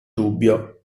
dubbio